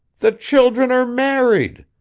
the children are married.